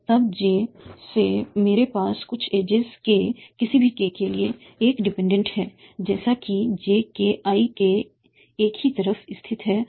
तब j से मेरे पास कुछ एजेज k किसी भी k के लिए एक डिपेंडेंट है जैसे कि j k i के एक ही तरफ स्थित है